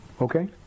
Okay